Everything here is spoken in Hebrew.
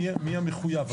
מי המחויב?